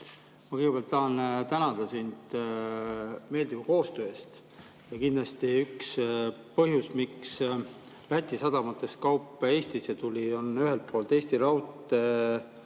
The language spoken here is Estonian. Ma kõigepealt tahan tänada sind meeldiva koostöö eest. Kindlasti üks põhjus, miks Läti sadamatest kaup Eestisse tuli, on ühelt poolt Eesti Raudtee